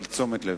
אבל תשומת לב.